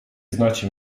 znacie